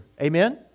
amen